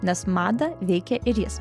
nes madą veikė ir jis